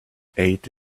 ate